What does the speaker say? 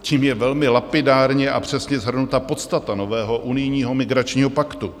Tím je velmi lapidárně a přesně shrnuta podstata nového unijního migračního paktu.